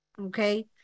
Okay